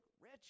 rich